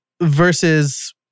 Versus